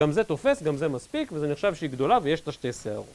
גם זה תופס, גם זה מספיק, וזה נחשב שהיא גדולה, ויש את השתי שערות.